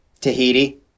Tahiti